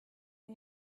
who